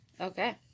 Okay